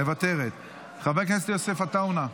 מוותרת, חבר הכנסת יוסף עטאונה,